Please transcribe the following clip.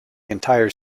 entire